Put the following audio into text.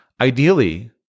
Ideally